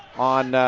on